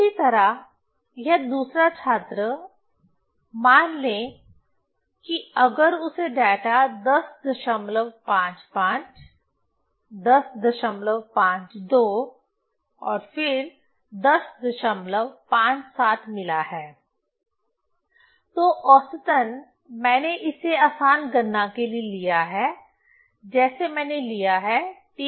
इसी तरह यह दूसरा छात्र मान लें कि अगर उसे डेटा 1055 1052 फिर 1057 मिला है तो औसतन मैंने इसे आसान गणना के लिए लिया है जैसे मैंने लिया है 3 से विभाजित करें